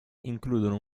includono